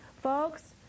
Folks